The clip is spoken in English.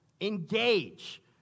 Engage